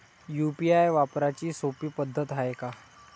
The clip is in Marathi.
यू.पी.आय वापराची सोपी पद्धत हाय का?